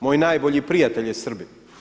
Moj najbolji prijatelj je Srbin.